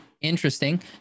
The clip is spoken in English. interesting